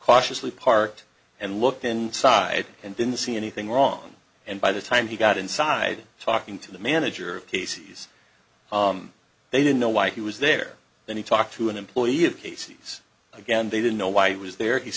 cautiously parked and looked inside and didn't see anything wrong and by the time he got inside talking to the manager of casey's they didn't know why he was there that he talked to an employee of casey's again they didn't know why he was there he